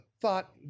thought